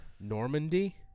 Normandy